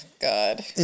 God